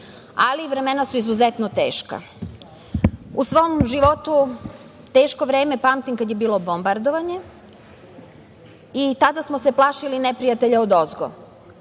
vremena su izuzetno teška. U svom životu teško vreme pamtim kada je bilo bombardovanje i tada smo se plašili neprijatelja odozgo.